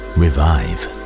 revive